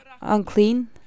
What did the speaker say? unclean